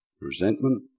Resentment